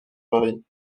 mari